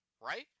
right